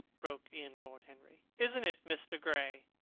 broke in lord henry. isn't it, mr. gray?